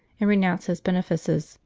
and renounce his benefices,